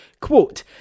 quote